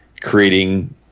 creating